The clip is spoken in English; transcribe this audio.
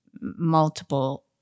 multiple